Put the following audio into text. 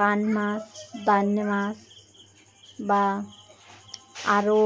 পান মাছ বানে মাছ বা আরও